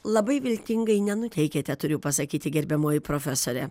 labai viltingai nenuteikėte turiu pasakyti gerbiamoji profesore